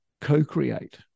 co-create